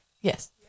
Yes